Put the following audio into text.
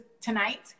tonight